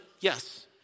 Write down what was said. yes